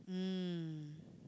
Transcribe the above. mm